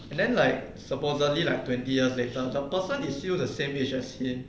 and then like supposedly like twenty years later the person is still the same age as him